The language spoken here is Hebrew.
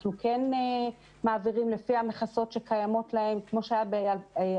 אנחנו כן מעבירים לפי המכסות שקיימות להם כפי שהיה ב-2019.